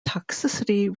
toxicity